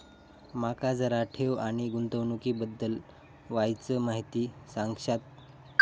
माका जरा ठेव आणि गुंतवणूकी बद्दल वायचं माहिती सांगशात?